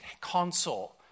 console